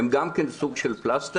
הן גם כן סוג של פלסטר,